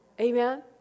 Amen